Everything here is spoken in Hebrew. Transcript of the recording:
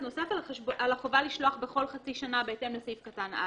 אז נוסף על החובה לשלוח בכל חצי שנה בהתאם לסעיף קטן (א),